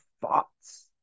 thoughts